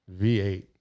V8